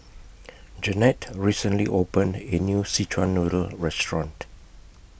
Jeannette recently opened A New Szechuan Noodle Restaurant